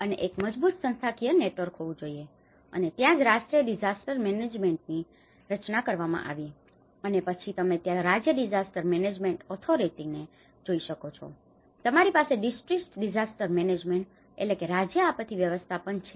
અને એક મજબૂત સંસ્થાકીય નેટવર્ક હોવું જોઈએ અને ત્યાં જ રાષ્ટ્રીય ડિઝાસ્ટર મેનેજમેન્ટની disaster management આપતી વ્યવસ્થાપન રચના કરવામાં આવી છે અને પછી તમે ત્યાં રાજ્ય ડિઝાસ્ટર મેનેજમેન્ટ ઑથોરિટીને disaster management authority આપતી વ્યવસ્થાપન સત્તા જોઈ શકો છો તમારી પાસે district disaster management district disaster management રાજ્ય આપતિ વ્યવસ્થાપન છે